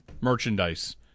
merchandise